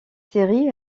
série